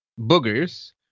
boogers